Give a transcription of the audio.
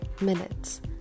minutes